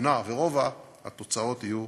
שכונה ורובע התוצאות יהיו